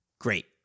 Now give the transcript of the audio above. Great